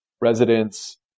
residents